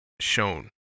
shown